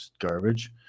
garbage